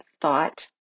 thought